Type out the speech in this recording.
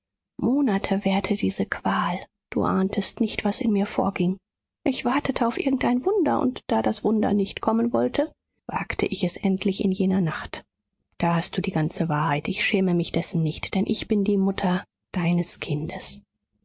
monate währte diese qual du ahntest nicht was in mir vorging ich wartete auf irgendein wunder und da das wunder nicht kommen wollte wagte ich es endlich in jener nacht da hast du die ganze wahrheit ich schäme mich dessen nicht denn ich bin die mutter deines kindes